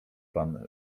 pan